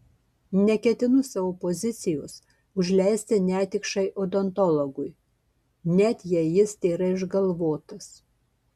neketinu savo pozicijos užleisti netikšai odontologui net jei jis tėra išgalvotas